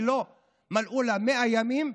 שלא מלאו לה 100 ימים,